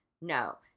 No